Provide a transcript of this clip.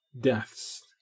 deaths